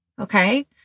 Okay